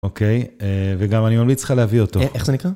אוקיי, וגם אני ממליץ לך להביא אותו. איך זה נקרא?